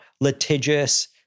litigious